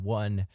one